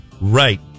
Right